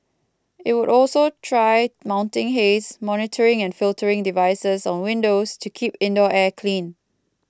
it will also try mounting haze monitoring and filtering devices on windows to keep indoor air clean